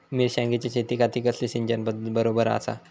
मिर्षागेंच्या शेतीखाती कसली सिंचन पध्दत बरोबर आसा?